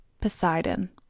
Poseidon